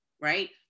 right